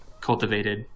cultivated